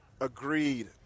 Agreed